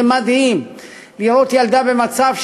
זה מדהים לראות ילדה במצב,